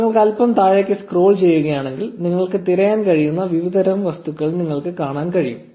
1217 നിങ്ങൾ അൽപ്പം താഴേക്ക് സ്ക്രോൾ ചെയ്യുകയാണെങ്കിൽ നിങ്ങൾക്ക് തിരയാൻ കഴിയുന്ന വിവിധ തരം വസ്തുക്കൾ നിങ്ങൾക്ക് കാണാൻ കഴിയും